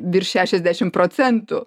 virš šešiasdešim procentų